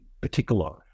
particular